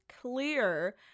clear